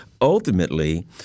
ultimately